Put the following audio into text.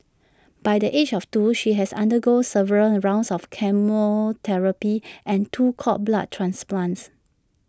by the age of two she had undergone several rounds of chemotherapy and two cord blood transplants